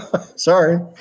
Sorry